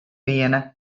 wiene